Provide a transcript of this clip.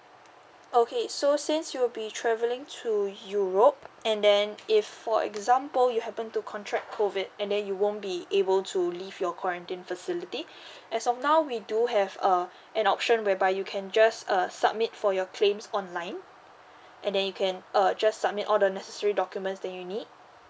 okay so since you'll be travelling to europe and then if for example you happen to contract COVID and then you won't be able to leave your quarantine facility as of now we do have uh an option whereby you can just err submit for your claims online and then you can uh just submit all the necessary documents that you need